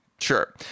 Sure